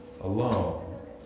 alone